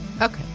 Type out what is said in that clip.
Okay